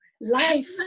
life